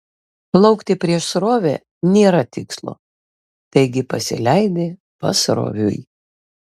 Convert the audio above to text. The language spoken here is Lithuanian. plaukti prieš srovę nėra tikslo taigi pasileidi pasroviui